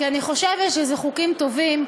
כי אני חושבת שאלה חוקים טובים,